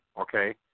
okay